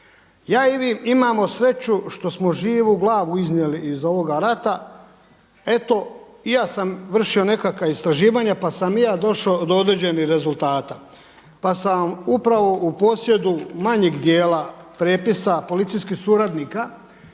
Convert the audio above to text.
Ja i vi imamo sreću što smo živu glavu iznijeli iz ovoga rata. Eto i ja sam vršio nekakva istraživanja pa sam i ja došao do određenih rezultata, pa sam vam upravo u posjedu manjeg dijela prijepisa policijskih suradnika